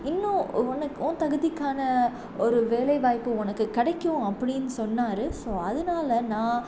இன்னும் உனக்கு உன் தகுதிக்கான ஒரு வேலைவாய்ப்பு உனக்கு கிடைக்கும் அப்படின்னு சொன்னார் ஸோ அதனால நான்